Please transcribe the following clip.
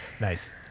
Nice